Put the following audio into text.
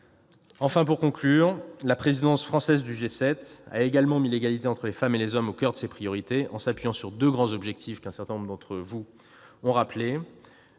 à la ratifier. La présidence française du G7 a également mis l'égalité entre les femmes et les hommes au coeur de ses priorités en s'appuyant sur deux objectifs, qu'un certain nombre d'entre vous ont rappelés